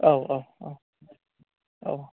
औ औ औ औ